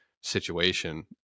situation